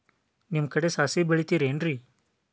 ನಿಮ್ಮ ಕಡೆ ಸಾಸ್ವಿ ಬೆಳಿತಿರೆನ್ರಿ?